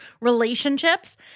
relationships